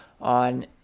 On